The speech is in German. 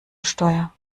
steuer